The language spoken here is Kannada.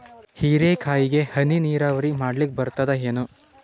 ಹೀರೆಕಾಯಿಗೆ ಹನಿ ನೀರಾವರಿ ಮಾಡ್ಲಿಕ್ ಬರ್ತದ ಏನು?